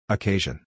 Occasion